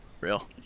real